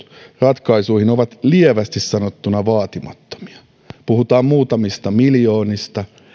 ratkaisuihin ovat lievästi sanottuna vaatimattomia puhutaan muutamista miljoonista